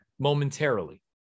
Momentarily